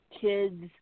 kids